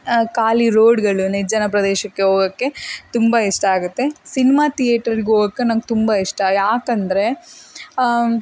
ಖಾಲಿ ರೋಡುಗಳು ನಿರ್ಜನ ಪ್ರದೇಶಕ್ಕೆ ಹೋಗೋಕ್ಕೆ ತುಂಬ ಇಷ್ಟ ಆಗುತ್ತೆ ಸಿನ್ಮಾ ತಿಯೇಟರ್ಗೆ ಹೋಗೋಕ್ಕೆ ನನಗ್ ತುಂಬ ಇಷ್ಟ ಯಾಕೆಂದ್ರೆ